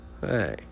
hey